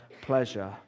pleasure